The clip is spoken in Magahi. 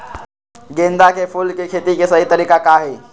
गेंदा के फूल के खेती के सही तरीका का हाई?